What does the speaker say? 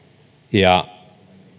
ja